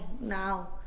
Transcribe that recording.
now